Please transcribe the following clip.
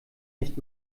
nicht